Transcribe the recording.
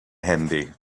handy